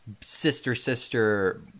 sister-sister